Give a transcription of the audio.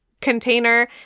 container